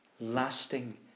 lasting